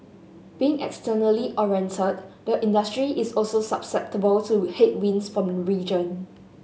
being externally oriented the industry is also susceptible to headwinds from the region